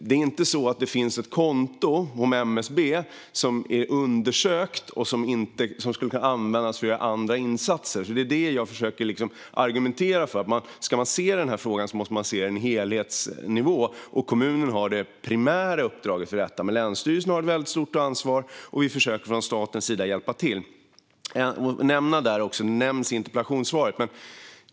Det är inte så att det finns ett konto hos MSB som är undersökt och som skulle kunna användas för att kunna göra andra insatser. Det är vad jag försöker argumentera för. Ska man se på frågan måste man se på en helhetsnivå. Kommunen har det primära uppdraget för detta. Men länsstyrelsen har ett väldigt stort ansvar, och vi försöker från statens sida att hjälpa till. Det nämns också i interpellationssvaret.